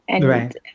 Right